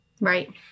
Right